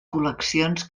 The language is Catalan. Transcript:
col·leccions